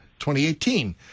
2018